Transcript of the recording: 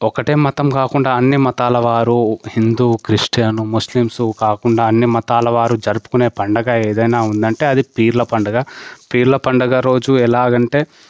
ఒకటే మతం కాకుండా అన్ని మతాలవారు హిందూ క్రిస్టియన్ ముస్లిమ్స్ కాకుండా అన్ని మతాలవారు జరుపుకునే పండగ ఏదైనా ఉందంటే అది పీర్ల పండగ పీర్ల పండగ రోజు ఎలాగ అంటే